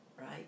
Right